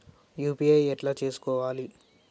UPI ఎట్లా చేసుకోవాలి?